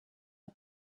are